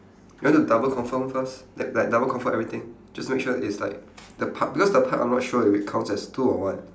you want to double confirm first that like double confirm everything just make sure is like the part because the part I'm not sure if it counts as two or one